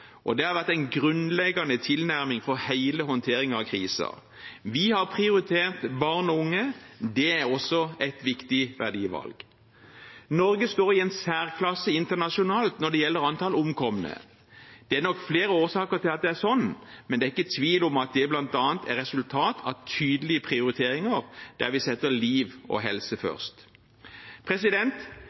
og det har vært en grunnleggende tilnærming for hele håndteringen av krisen. Vi har prioritert barn og unge. Det er også et viktig verdivalg. Norge står i en særklasse internasjonalt når det gjelder antall døde. Det er nok flere årsaker til at det er sånn, men det er ikke tvil om at det bl.a. er resultat av tydelige prioriteringer, der vi setter liv og helse først.